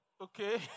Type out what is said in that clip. okay